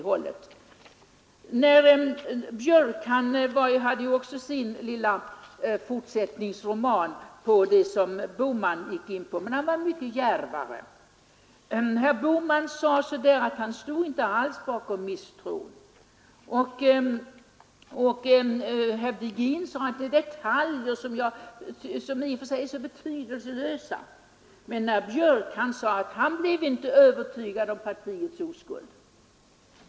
Herr Björck i Nässjö hade också sin lilla fortsättningsroman. Men herr Björck var mycket djärvare än herr Bohman. Herr Bohman sade att han själv inte stod bakom misstron mot det socialdemokratiska partiet, och herr Virgin betecknade det avsnittet som detaljer, som i och för sig är betydelselösa. Men herr Björck sade rent ut att han inte var övertygad om partiets oskuld.